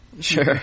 Sure